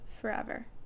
forever